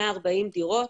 140 דירות,